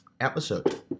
episode